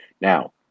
Now